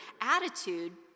attitude